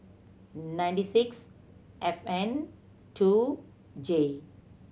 ninety six F N two J